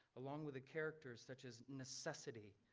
along with the characters such as necessity,